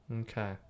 Okay